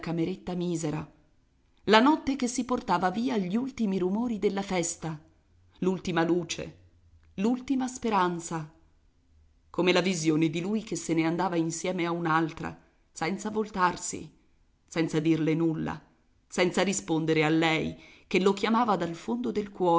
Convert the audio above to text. cameretta misera la notte che si portava via gli ultimi rumori della festa l'ultima luce l'ultima speranza come la visione di lui che se ne andava insieme a un'altra senza voltarsi senza dirle nulla senza rispondere a lei che lo chiamava dal fondo del